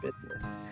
business